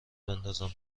بندازم